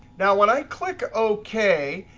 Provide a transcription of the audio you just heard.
now when i click ok,